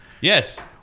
Yes